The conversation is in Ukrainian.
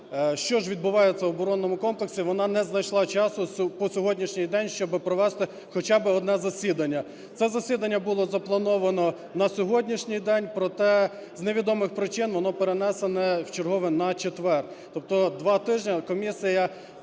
що ж відбувається в оборонному комплексі, вона не знайшла часу по сьогоднішній день, щоб провести хоча би одне засідання. Це засідання було заплановано на сьогоднішній день. Проте з невідомих причин воно перенесено вчергове на четвер. Тобто два тижні комісія